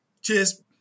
Cheers